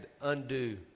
undo